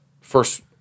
First